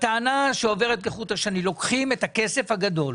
הטענה שעוברת כחוט השני היא שלוקחים את הכסף הגדול